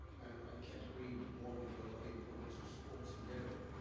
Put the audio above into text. and i can't agree more with you about the importance of sports in general.